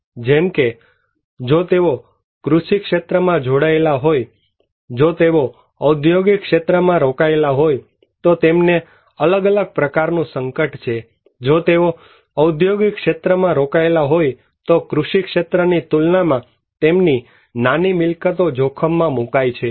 જેમકે જો તેઓ કૃષિક્ષેત્રમાં જોડાયેલા હોય જો તેઓ વ્યાવસાયિક ક્ષેત્ર અથવા ઔદ્યોગિક ક્ષેત્રમાં રોકાયેલા હોય તો તેમને અલગ અલગ પ્રકારનું સંકટ છે જો તેઓ ઔદ્યોગિક ક્ષેત્રમાં રોકાયેલા હોય તો કૃષિ ક્ષેત્રની તુલનામાં તેમની નાની મિલકતો જોખમમાં મુકાય છે